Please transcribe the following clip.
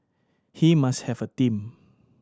he must have a team